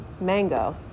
Mango